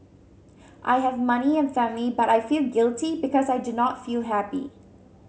I have money and a family but I feel guilty because I do not feel happy